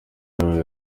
rurerure